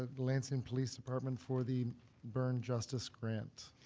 ah lansing police department for the burn justice grant.